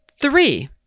three